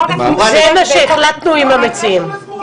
לתקשורת --- זה מה שהחלטנו עם המציעים.